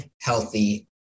healthy